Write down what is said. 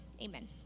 amen